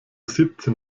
siebzehn